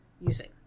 using